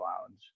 lounge